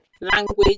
language